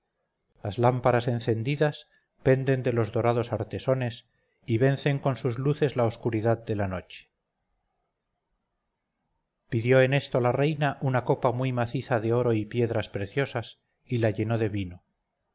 las lámparas encendidas penden de los dorados artesones y vencen con sus luces la oscuridad de la noche pidió en esto la reina una copa muy maciza de oro y piedras preciosas y la llenó de vino